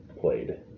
played